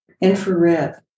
Infrared